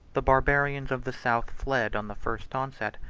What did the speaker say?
the barbarians of the south fled on the first onset,